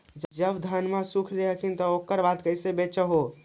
जब धनमा सुख ले हखिन उकर बाद कैसे बेच हो?